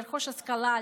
לרכוש השכלה,